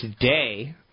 today